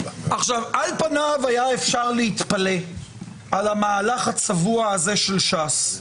נעבור להסתייגות 164. על פניו היה אפשר להתפלא על המהלך הצבוע של ש"ס,